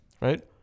Right